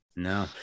No